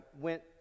went